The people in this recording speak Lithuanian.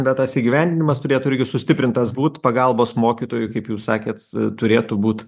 bet tas įgyvendinimas turėtų irgi sustiprintas būt pagalbos mokytojui kaip jūs sakėt turėtų būt